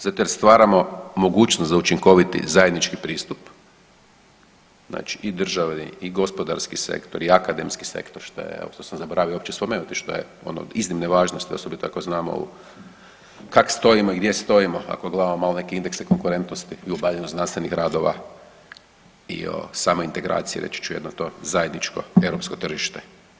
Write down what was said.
Zato jer stvaramo mogućnost za učinkoviti zajednički pristup, znači i države i gospodarski sektor i akademski sektor, šta je jel, to sam zaboravio uopće spomenuti što je ono od iznimne važnosti osobito ako znamo kak stojimo i gdje stojimo ako gledamo malo neke indekse konkurentnosti i u obavljanju znanstvenih radova i o samoj integraciji, reći ću jedino to, zajedničko europsko tržište.